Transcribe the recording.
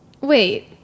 Wait